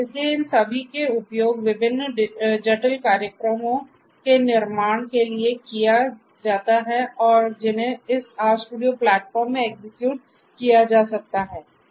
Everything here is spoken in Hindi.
इसलिए इन सभी का उपयोग विभिन्न जटिल कार्यक्रमों के निर्माण के लिए किया जाता है जिन्हें इस RStudio प्लेटफॉर्म में एग्जीक्यूट किया जा सकता है